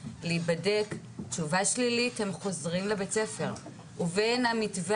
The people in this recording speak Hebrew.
להיבדק ובמידה והתשובה שלהם שלילית הם חוזרים לבית הספר לבין המתווה